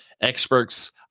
Experts